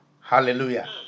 Hallelujah